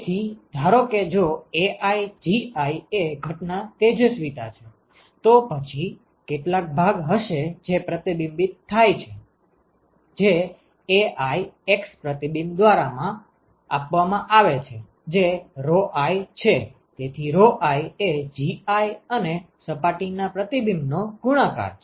તેથી ધારો કે જો Ai Gi એ ઘટના તેજસ્વિતા છે તો પછી કેટલાક ભાગ હશે જે પ્રતિબિંબિત થાય છે જે Ai X પ્રતિબિંબ દ્વારા માં આપવામાં આવે છે જે ρi છે તેથી ρi એ Gi અને સપાટીના પ્રતિબિંબ નો ગુણાકાર છે